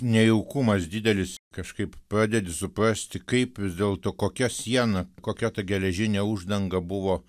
nejaukumas didelis kažkaip pradedi suprasti kaip vis dėlto kokia siena kokia ta geležinė uždanga buvo